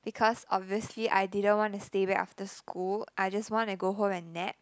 because obviously I didn't want to stay back after school I just want and go home and nap